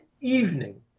evening